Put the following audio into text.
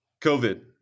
COVID